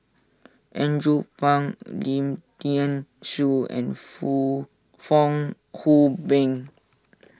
Andrew Phang Lim thean Soo and Fong Hoe Beng